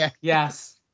Yes